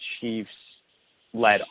Chiefs-led